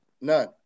none